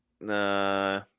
Nah